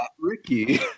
Ricky